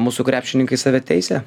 mūsų krepšininkai save teisia